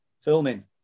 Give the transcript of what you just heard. filming